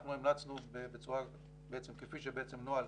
אנחנו המלצנו כפי שבנוהל